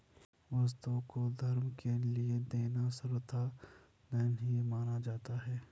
वस्तुओं को धर्म के लिये देना सर्वथा दान ही माना जाता है